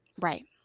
Right